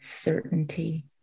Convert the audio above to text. Certainty